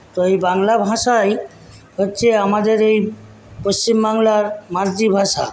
তো এই বাংলা ভাষাই হচ্ছে আমাদের এই পশ্চিমবাংলার মাতৃভাষা